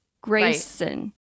Grayson